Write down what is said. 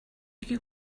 you